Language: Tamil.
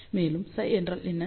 மேலும் ψ என்றால் என்ன